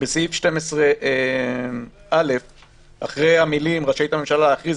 בסעיף 12א. אחרי המילים "רשאית הממשלה להכריז